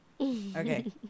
Okay